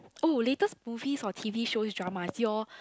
oh latest movies or t_v show drama your